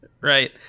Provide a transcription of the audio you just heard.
Right